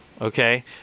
okay